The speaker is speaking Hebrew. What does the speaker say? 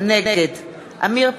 נגד עמיר פרץ,